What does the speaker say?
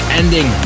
ending